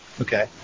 Okay